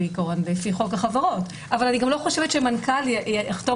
זה לפי חוק החברות אבל אני לא חושבת שמנכ"ל יחתום